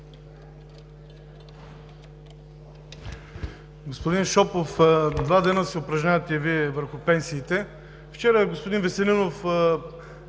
Вчера господин Веселинов